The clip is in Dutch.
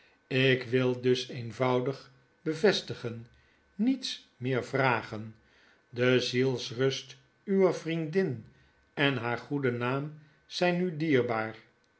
ik wil dus eenvoudig bevestigen niets meer vragen de zielsrust uwer vriendin en haar goede naam zjjn u dierbaar